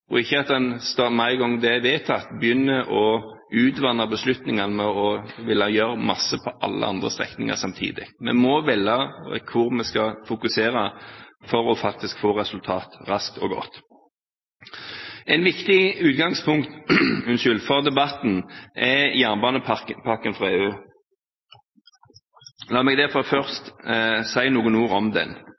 og at en ikke med en gang det er vedtatt, begynner å utvanne beslutningene ved å ville gjøre mye på alle andre strekninger samtidig. Vi må velge hvor vi skal fokusere for å få resultater raskt og godt. Et viktig utgangspunkt for debatten er jernbanepakken fra EU. La meg derfor først si noen ord om den.